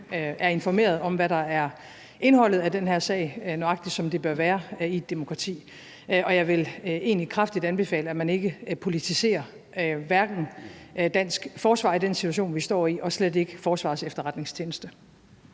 er informeret om, hvad der er indholdet af den her sag, nøjagtig som det bør være i et demokrati, og jeg vil egentlig kraftigt anbefale, at man i den situation, vi står i, ikke politiserer dansk forsvar og slet ikke Forsvarets Efterretningstjeneste.